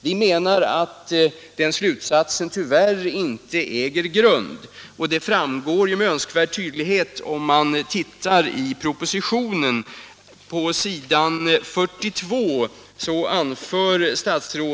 Vi menar dock att den slutsatsen tyvärr saknar grund, och det framgår också med all önskvärd tydlighet av vad som står på s. 42 i bil. 12 i budgetpropositionen.